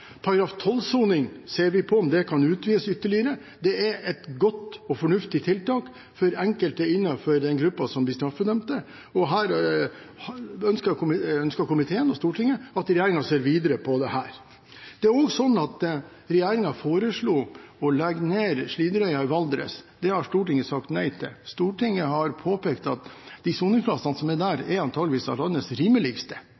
samfunnet. Vi ser på om § 12-soning kan utvides ytterligere. Det er et godt og fornuftig tiltak for enkelte innenfor den gruppen som blir straffedømt. Komiteen og Stortinget ønsker at regjeringen ser videre på dette. Regjeringen foreslo å legge ned Slidreøya i Valdres. Det har Stortinget sagt nei til. Stortinget har påpekt at soningsplassene der antageligvis er